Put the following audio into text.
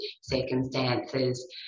circumstances